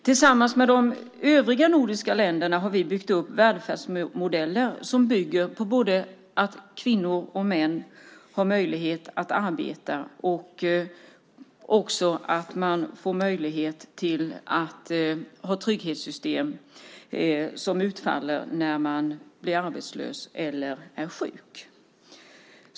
Tillsammans med de övriga nordiska länderna har vi byggt upp välfärdsmodeller som bygger på att både kvinnor och män har möjlighet att arbeta. Man får också tillgång till trygghetssystem som utfaller när man blir arbetslös eller är sjuk.